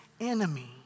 enemy